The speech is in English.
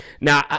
Now